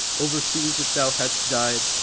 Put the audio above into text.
over-seas if thou had'st died,